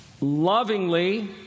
lovingly